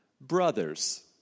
Brothers